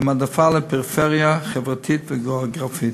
עם העדפה לפריפריה חברתית וגיאוגרפית.